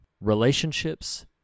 relationships